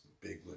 big